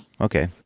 Okay